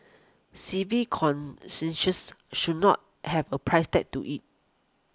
civic conscious should not have a price tag to it